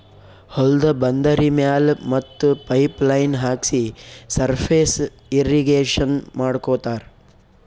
ಹೊಲ್ದ ಬಂದರಿ ಮ್ಯಾಲ್ ಮತ್ತ್ ಪೈಪ್ ಲೈನ್ ಹಾಕ್ಸಿ ಸರ್ಫೇಸ್ ಇರ್ರೀಗೇಷನ್ ಮಾಡ್ಕೋತ್ತಾರ್